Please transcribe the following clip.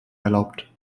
erlaubt